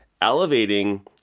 elevating